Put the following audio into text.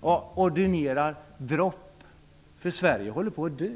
och ordinerar dropp, eftersom Sverige håller på att dö.